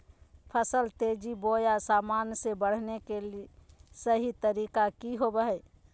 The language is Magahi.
फसल तेजी बोया सामान्य से बढने के सहि तरीका कि होवय हैय?